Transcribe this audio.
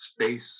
space